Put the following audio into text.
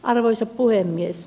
arvoisa puhemies